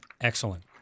Excellent